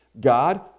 god